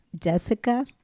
Jessica